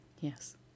Yes